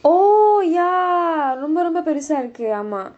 oh ya ரொம்ப ரொம்ப பெருசா இருக்கு:romba romba perusaa irukku